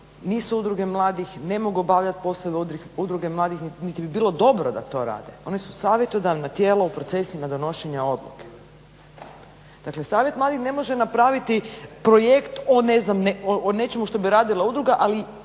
nisu udruge mladih, ne mogu obavljati poslove udruga mladih niti bi bilo dobro da to rade. Ona su savjetodavna tijela u procesima donošenja odluke. Dakle savjet mladih ne može napraviti projekt o ne znam nečemu što bi radila udruga, ali